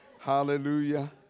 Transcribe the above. Hallelujah